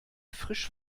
frisch